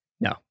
No